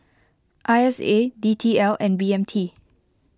I S A D T L and B M T